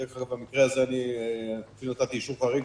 במקרה הזה אני אפילו נתתי אישור חריג,